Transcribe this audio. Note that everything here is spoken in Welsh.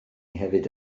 hefyd